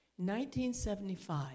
1975